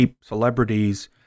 celebrities